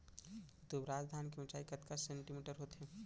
दुबराज धान के ऊँचाई कतका सेमी होथे?